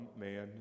man